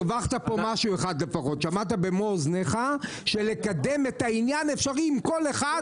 הרווחת פה משהו אחד: שמעת במו אוזנייך שאפשר לקדם את העניין עם כל אחד,